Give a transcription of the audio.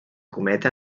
cometa